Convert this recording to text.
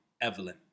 Evelyn